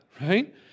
right